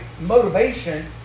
motivation